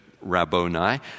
Rabboni